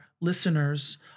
listeners